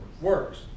Works